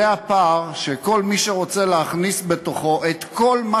זה הפער שכל מי שרוצה להכניס בתוכו את כל מה